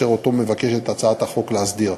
אשר אותו מבקשת הצעת החוק להסדיר.